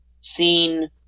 seen